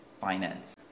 finance